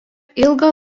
ilgą